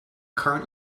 current